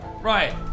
right